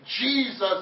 Jesus